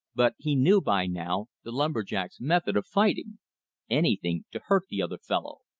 but he knew by now the lumber-jack's method of fighting anything to hurt the other fellow.